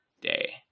day